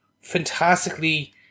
fantastically